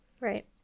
right